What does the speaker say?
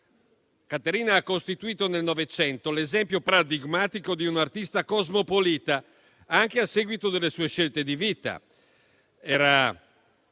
Caterina ha costituito nel Novecento l'esempio paradigmatico di un'artista cosmopolita, anche a seguito delle sue scelte di vita.